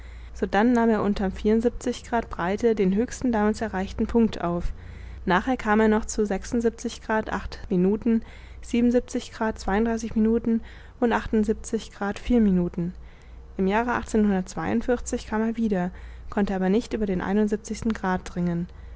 sodann nahm er unterm grad breite den höchsten damals erreichten punkt auf nachher kam er noch zu minuten minuten und minuten im jahre kam er wieder konnte aber nicht über den grad dringen